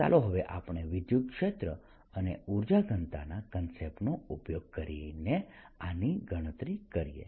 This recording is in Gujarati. ચાલો હવે આપણે વિદ્યુતક્ષેત્ર અને ઉર્જા ઘનતાના કન્સેપ્ટનો ઉપયોગ કરીને આની ગણતરી કરીએ